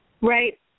Right